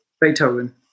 Beethoven